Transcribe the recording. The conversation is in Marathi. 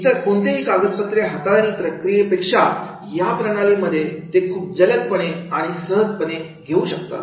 इतर कोणत्याही कागदपत्रे हाताळणी प्रणाली पेक्षा या प्रणाली मध्ये ते खूप जलद पणे आणि सहजपणे घेऊ शकता